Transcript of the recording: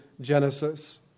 Genesis